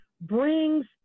brings